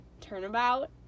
Turnabout